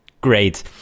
great